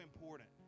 important